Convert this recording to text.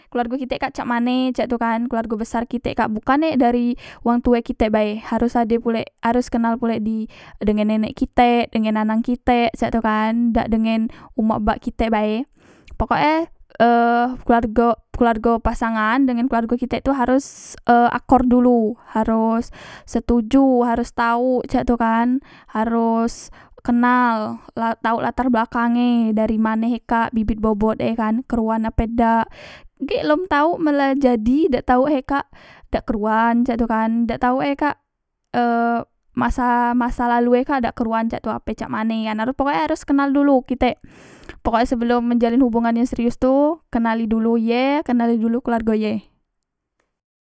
Keluargo kitek kak cak mane cak tu kan keluargo besar e kitek kan bukan e dari wong tue kitek bae harus ade pulek harus kenal pulek di dengan nenek kitek dengan anang kitek cak tu kan dak dengen umak bak kitek bae pokok e e keluargo keluargo pasangan ngen keluargo kitek tu harus e akor dulu haros setuju haros tauk cak tu kan haros kenal la tau latar belakange dari mane he kak bibit bobot e kan kruan ape dak gek lom tau men la jadi dak tau he kak dak kruan cak tu kan dak tau e kak e masa masa lalue kak dak kruan cak tu ape cak mane ye kan pokok e harus kenal dulu kitek pokok e sebelom menjalin hubungan yang serius tu kenali dulu ye kenali dulu keluargo ye